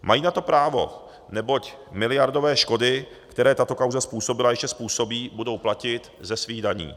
Mají na to právo, neboť miliardové škody, které tato kauza způsobila a ještě způsobí, budou platit ze svých daní.